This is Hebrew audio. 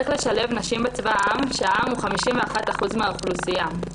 איך לשלב נשים בצבא העם, כשהן 51% מן האוכלוסייה?